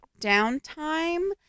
downtime